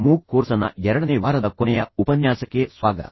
MOOC ಕೋರ್ಸನ ಎರಡನೇ ವಾರದ ಕೊನೆಯ ಉಪನ್ಯಾಸಕ್ಕೆ ಮತ್ತೆ ಸ್ವಾಗತ